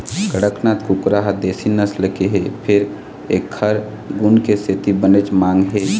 कड़कनाथ कुकरा ह देशी नसल के हे फेर एखर गुन के सेती बनेच मांग हे